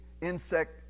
insect